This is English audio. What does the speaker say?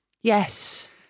Yes